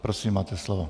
Prosím, máte slovo.